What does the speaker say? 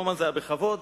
זה היה בכבוד,